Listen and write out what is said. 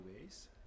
ways